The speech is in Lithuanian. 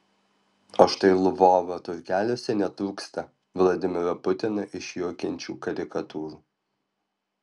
o štai lvovo turgeliuose netrūksta vladimirą putiną išjuokiančių karikatūrų